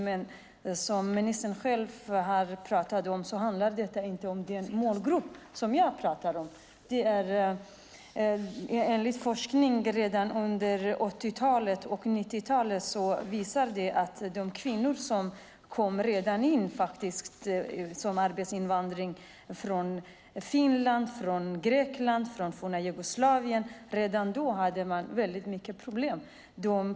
Men som ministern själv sade handlar det inte om den målgrupp som jag pratar om. Forskningen från 80 och 90-talet visar att de kvinnor som kom hit som arbetsinvandare från Finland, från Grekland, från forna Jugoslavien hade väldigt mycket problem.